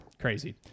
crazy